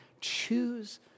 choose